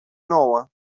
nouă